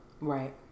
Right